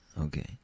Okay